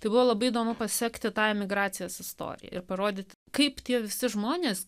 tai buvo labai įdomu pasekti tą emigracijos istoriją ir parodyti kaip tie visi žmonės